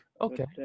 Okay